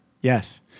Yes